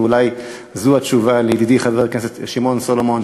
ואולי זו התשובה לידידי חבר הכנסת שמעון סולומון,